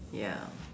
ya